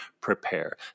prepare